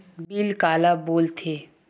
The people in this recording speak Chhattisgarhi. बिल काला बोल थे?